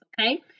Okay